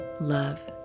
Love